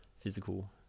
physical